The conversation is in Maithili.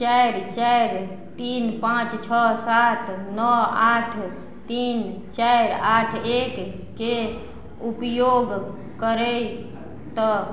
चारि चारि तीन पाँच छओ सात नओ आठ तीन चारि आठ एकके उपयोग करैत